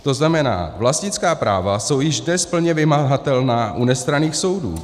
To znamená, že vlastnická práva jsou již dnes plně vymahatelná u nestranných soudů.